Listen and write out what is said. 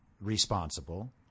responsible